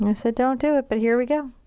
you know said don't do it, but here we go.